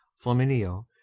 flamineo,